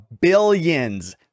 billions